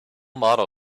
model